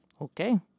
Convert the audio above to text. Okay